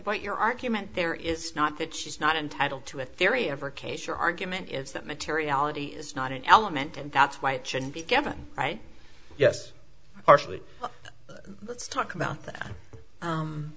point your argument there is not that she is not entitled to a theory of her case your argument is that materiality is not an element and that's why it should be given right yes archly let's talk about that